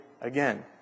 again